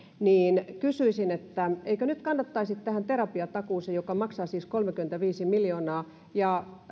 kysyisin eikö nyt kannattaisi panostaa tähän terapiatakuuseen joka maksaa siis kolmekymmentäviisi miljoonaa ja